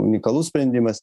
unikalus sprendimas